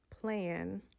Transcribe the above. plan